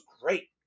great